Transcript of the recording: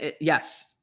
yes